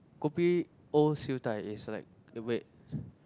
kopi O Siew-Dai is like the wait